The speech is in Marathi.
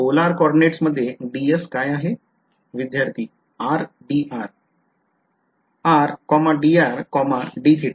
विध्यार्थी r d r rdr dθ